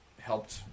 helped